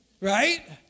Right